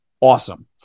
Awesome